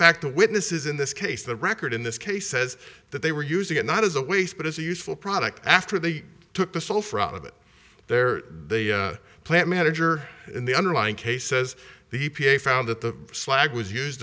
fact the witnesses in this case the record in this case says that they were using it not as a waste but as a useful product after they took the sulfur out of it there the plant manager in the underlying case says the e p a found that the slag was used